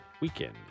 weekend